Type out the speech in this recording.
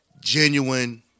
genuine